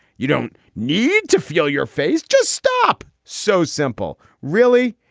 you don't need to feel your face. just stop. so simple. really?